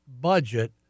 budget